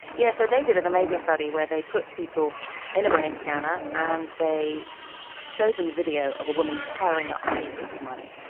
yes, so they did an amazing study where they put people in a brain scanner and they showed them a video of a woman tearing up pieces of money,